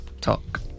talk